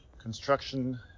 construction